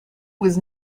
was